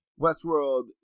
Westworld